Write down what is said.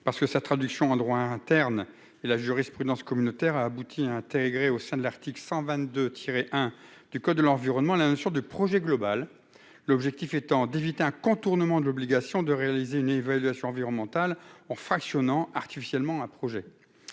interne de la directive européenne Projets et la jurisprudence communautaire ont abouti à intégrer, au sein de l'article L. 122-1 du code de l'environnement, la notion de projet global, l'objectif étant d'éviter un contournement de l'obligation de réaliser une évaluation environnementale en fractionnant artificiellement un projet.